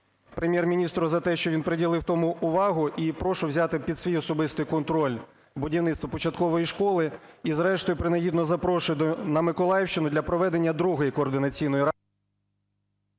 Прем’єр-міністру за те, що він приділив тому увагу, і прошу взяти під свій особистий контроль будівництво початкової школи. І зрештою принагідно запрошую на Миколаївщину для проведення другої Координаційної ради…